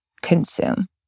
consume